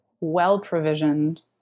well-provisioned